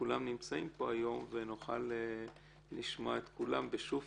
כולם נמצאים פה היום ונוכל לשמוע את כולם בשופי.